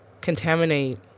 contaminate